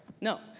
No